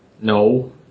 No